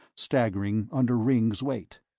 staggering under ringg's weight.